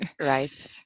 right